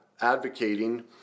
advocating